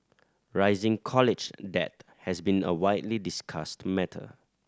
rising college debt has been a widely discussed matter